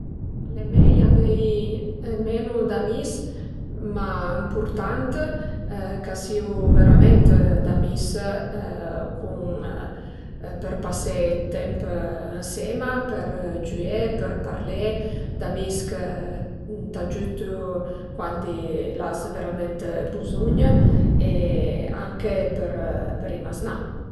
Al e mei avei menu d'amis ma ëmpurtant, ch'a siu verament d'amis cun për pasé dë temp ënsema për giüé, për parlé, d'amis chë t'agiütu cuandi l'as veramente buzugn e anche për i maznà